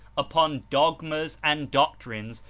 upon dogmas and doctrines,